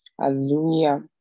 Hallelujah